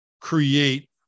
create